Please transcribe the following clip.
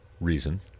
reason